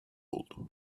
oldu